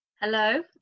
Hello